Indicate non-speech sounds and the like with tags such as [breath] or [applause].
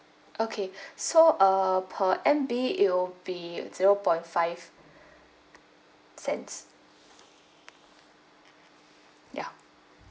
okay [breath] so err per M_B it will be zero point five cents ya